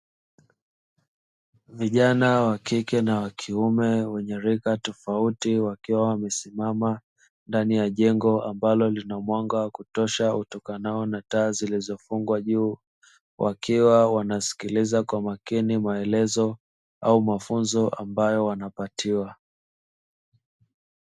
Vijana wa kike na wa kiume wenye rika tofauti wakiwa wamesimama ndani ya jengo ambalo linamwaga wa kutosha utokanao na taa zilizofungwa juu wakiwa wanasikiliza kwa makini maelezo au mafunzo ambayo wanapatiwa.